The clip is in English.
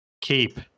keep